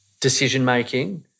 decision-making